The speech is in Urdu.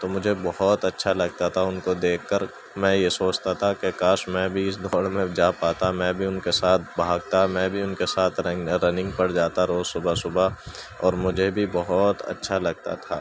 تو مجھے بہت اچھا لگتا تھا ان کو دیکھ کر میں یہ سوچتا تھا کہ کاش میں بھی اس دوڑ میں جا پاتا میں بھی ان کے ساتھ بھاگتا میں بھی ان کے ساتھ رننگ پر جاتا روز صبح صبح اور مجھے بھی بہت اچھا لگتا تھا